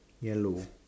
yellow